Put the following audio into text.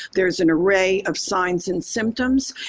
there's an array of signs and symptoms,